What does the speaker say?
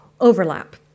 overlap